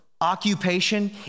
occupation